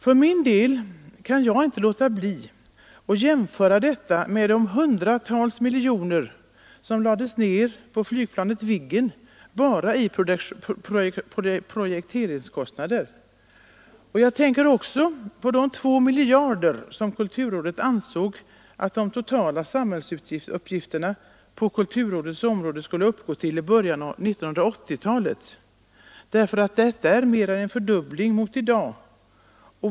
Jag kan för min del inte låta bli att jämföra detta belopp med de hundratals miljoner kronor som lades ned på flygplanet Viggen bara i projekteringskostnader. Jag tänker också på de 2 miljarder som kulturrådet ansåg att samhällets utgifter på kulturrådets område skulle uppgå till i början på 1980-talet. Detta är mer än en fördubbling mot i dag.